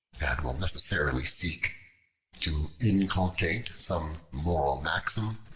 will necessarily seek to inculcate some moral maxim,